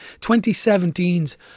2017's